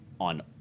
on